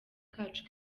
kacu